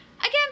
Again